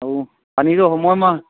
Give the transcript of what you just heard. আৰু পানীতো সময়ে সময়ে